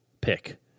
Pick